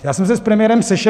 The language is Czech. Já jsem se s premiérem sešel.